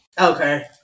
Okay